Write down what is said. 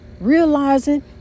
Realizing